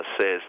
says